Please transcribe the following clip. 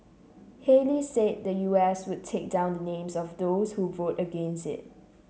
Haley said the U S would take down the names of those who vote against it